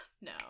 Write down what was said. No